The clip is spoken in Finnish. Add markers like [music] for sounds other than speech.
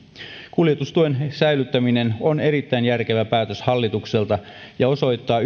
kuljetustuen säilyttäminen on erittäin järkevä päätös hallitukselta ja osoittaa [unintelligible]